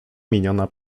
miniona